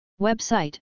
Website